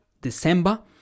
December